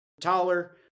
taller